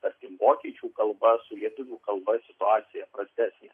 tarkim vokiečių kalba su lietuvių kalba situacija prastesnė